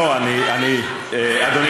אדוני